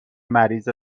مریض